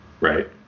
right